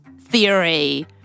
theory